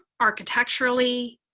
architecturally